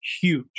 huge